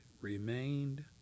remained